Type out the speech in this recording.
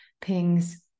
pings